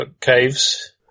caves